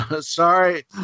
Sorry